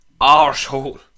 arsehole